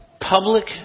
Public